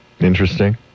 Interesting